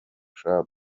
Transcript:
club